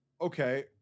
okay